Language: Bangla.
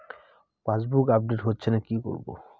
পাসবুক আপডেট হচ্ছেনা কি করবো?